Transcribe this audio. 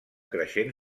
creixent